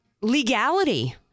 legality